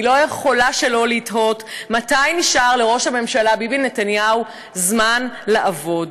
אני לא יכולה שלא לתהות מתי נשאר לראש הממשלה ביבי נתניהו זמן לעבוד.